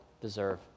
deserve